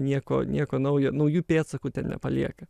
nieko nieko naujo naujų pėdsakų ten nepalieka